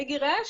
מי גירש?